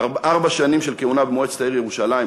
ארבע שנים של כהונה במועצת העיר ירושלים,